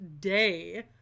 day